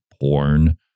porn